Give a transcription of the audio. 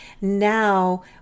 Now